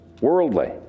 Worldly